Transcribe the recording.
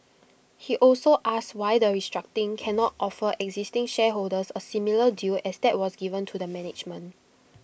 he also asked why the restructuring cannot offer existing shareholders A similar deal as that was given to the management